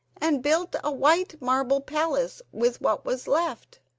and built a white marble palace with what was left.